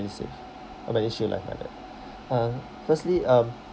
medisave or medishield life like that uh firstly um